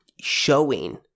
showing